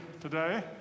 today